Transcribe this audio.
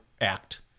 act